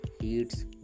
heats